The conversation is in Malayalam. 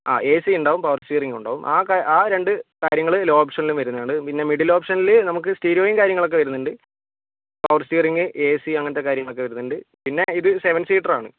ആ എസി ഉണ്ടാകും പവർ സ്റ്റിയറിങ്ങും ഉണ്ടാകും ആ രണ്ട് കാര്യങ്ങള് ലോ ഓപ്ഷനിലും വരുന്നതാണ് പിന്നെ മിഡിൽ ഓപ്ഷനില് നമുക്ക് സ്റ്റീരിയോയും കാര്യങ്ങളൊക്കെ വരുന്നുണ്ട് പവർ സ്റ്റീയറിങ് എസി അങ്ങനത്തെ കാര്യങ്ങളൊക്കെ വരുന്നുണ്ട് പിന്നെ ഇത് സെവൻ സീറ്റർ ആണ്